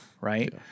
right